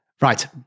Right